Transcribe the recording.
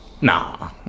Nah